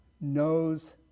knows